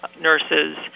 nurses